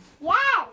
Yes